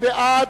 מי בעד?